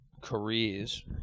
careers